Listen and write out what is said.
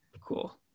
Cool